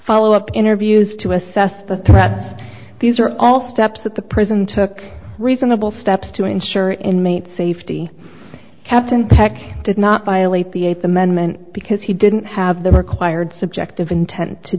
follow up interviews to assess the threats these are all steps that the prison took reasonable steps to ensure inmates safety captain tech did not violate the eighth amendment because he didn't have the required subjective intent to